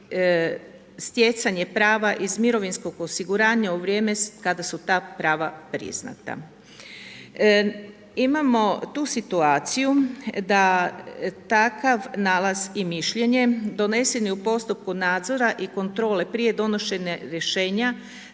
stjecanje prava iz mirovinskog osiguranja u vrijeme kada su ta prava priznata. Imamo tu situaciju da takav nalaz i mišljenje donesen je u postupku nadzora i kontrola prije donošenje rješenja,